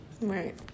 Right